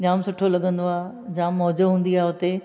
जाम सुठो लॻंदो आहे जाम मौजु हूंदी आहे उते